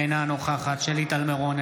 אינה נוכחת שלי טל מירון,